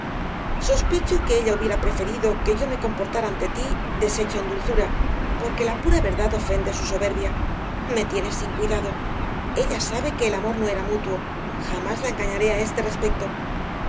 sospecho que ella hubiera preferido que yo me comportara ante ti deshecho en dulzura porque la pura verdad ofende su soberbia me tiene sin cuidado ella sabe que el amor no era mutuo jamás la engañé a este respecto